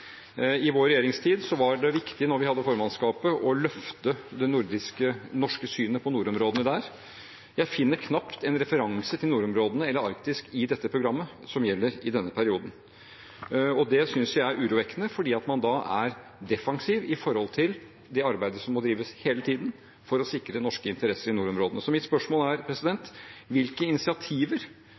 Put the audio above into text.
I vår regjeringstid var det viktig når vi hadde formannskapet, å løfte det norske synet på nordområdene der. Jeg finner knapt en referanse til nordområdene eller Arktis i det programmet som gjelder i denne perioden. Det synes jeg er urovekkende, fordi man da er defensiv i det arbeidet som hele tiden må drives for å sikre norske interesser i nordområdene. Mitt spørsmål er: Hvilke initiativer